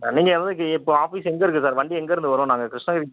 நீங்கள் இப்போ ஆஃபீஸ் எங்கே இருக்கு சார் வண்டி எங்கேருந்து வரும் நாங்கள் கிருஷ்ணகிரி